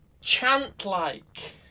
chant-like